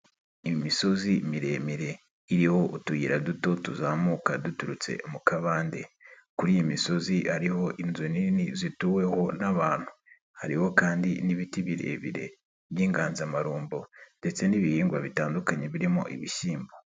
Imisozi miremire iriho utuyira duto tuzamuka duturutse mu kabande, kuri iyi misozi hariho inzu nini zituweho n'abantu, hariho kandi n'ibiti birebire by'inganzamarumbo ndetse n'ibihingwa bitandukanye birimo ibishyimbo.